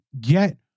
get